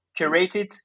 curated